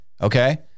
okay